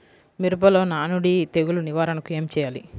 మిరపలో నానుడి తెగులు నివారణకు ఏమి చేయాలి?